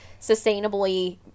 sustainably